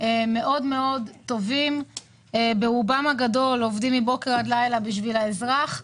מאוד טובים שברובם הגדול עובדים מבוקר עד לילה בשביל האזרח.